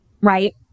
right